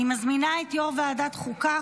אני מזמינה את יו"ר ועדת החוקה,